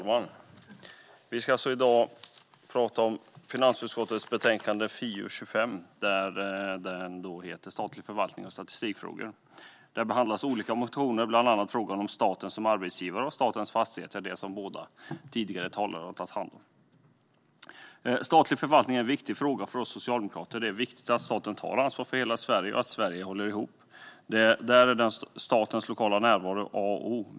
Herr talman! Vi debatterar finansutskottets betänkande FiU25 Statlig förvaltning och statistikfrågor . Där behandlas olika motioner, bland annat om staten som arbetsgivare och statens fastigheter, vilket de båda tidigare talarna har tagit hand om. Statlig förvaltning är en viktig fråga för oss socialdemokrater. Det är viktigt att staten tar ansvar för hela Sverige och att Sverige håller ihop. Då är statens lokala närvaro A och O.